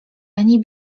ani